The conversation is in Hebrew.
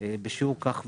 בשיעור כך וכך.